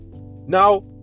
Now